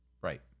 right